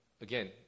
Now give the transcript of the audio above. again